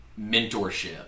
mentorship